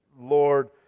Lord